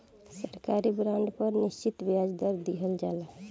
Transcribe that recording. सरकारी बॉन्ड पर निश्चित ब्याज दर दीहल जाला